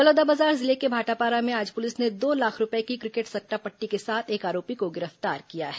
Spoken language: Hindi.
बलौदाबाजार जिले के भाटापारा में आज पुलिस ने दो लाख रूपये की क्रिकेट सट्टा पट्टी के साथ एक आरोपी को गिरफ्तार किया है